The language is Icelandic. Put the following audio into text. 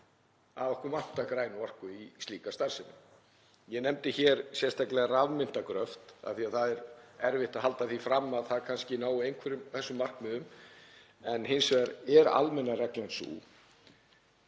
að okkur vantar græna orku í slíka starfsemi. Ég nefndi hér sérstaklega rafmyntagröft af því að það er erfitt að halda því fram að það kannski nái einhverjum af þessum markmiðum. En hins vegar er almenna reglan sú